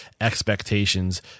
expectations